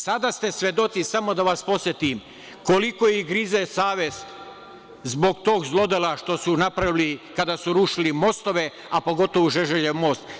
Sada ste svedoci, samo da vas podsetim, koliko ih grize savest zbog tog zlodela što su napravili kada su rušili mostove, a pogotovo Žeželjev most.